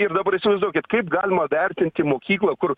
ir dabar įsivaizduokit kaip galima vertinti mokyklą kur